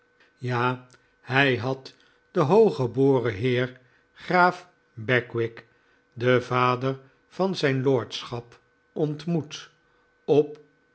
ja hij had den hooggeboren heer graaf bagwig den vader van zijn lordschap ontmoet op